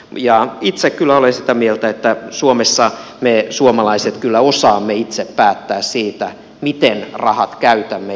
itse kyllä olen sitä mieltä että suomessa me suomalaiset kyllä osaamme itse päättää siitä miten rahat käytämme